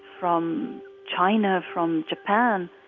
from china, from japan,